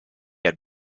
had